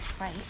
right